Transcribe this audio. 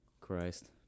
Christ